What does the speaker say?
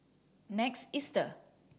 Next Easter